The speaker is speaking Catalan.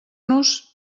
nos